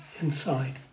inside